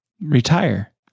retire